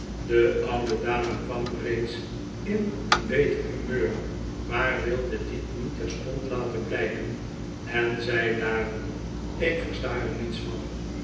de oude dame kwam reeds in een beter humeur maar wilde dit niet terstond laten blijken en zei daarom ik versta er niets van